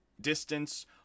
distance